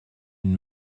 une